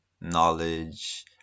knowledge